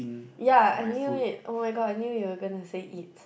ya I knew it oh-my-god I knew you're going to say it